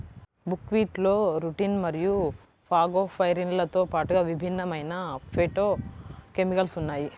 బుక్వీట్లో రుటిన్ మరియు ఫాగోపైరిన్లతో పాటుగా విభిన్నమైన ఫైటోకెమికల్స్ ఉన్నాయి